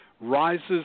rises